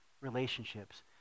relationships